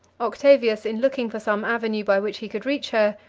octavius, in looking for some avenue by which he could reach her,